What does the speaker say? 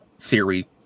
theory